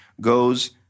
goes